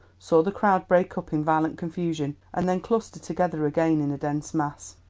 saw the crowd break up in violent confusion, and then cluster together again in a dense mass.